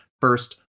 first